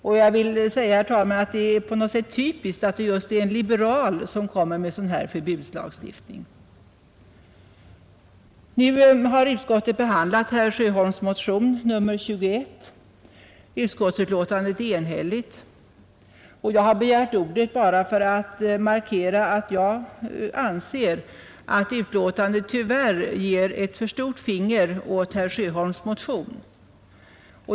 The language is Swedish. Och jag vill säga, herr talman, att det är på något sätt typiskt att det är just en liberal som kommer med förslag om sådan här förbudslagstiftning. Nu har utskottet behandlat herr Sjöholms motion nr 21. Utskottsutlåtandet är enhälligt, och jag har begärt ordet bara för att markera att jag anser att utlåtandet tyvärr ger ett för stort finger åt herr Sjöholms motion.